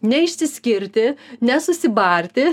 neišsiskirti nesusibarti